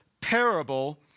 parable